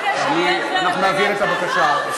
אנחנו נעביר את הבקשה.